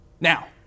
Now